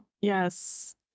Yes